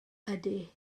ydy